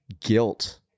guilt